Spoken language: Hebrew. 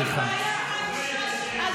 תגידי לי.